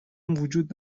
وجود